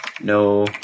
no